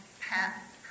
Pat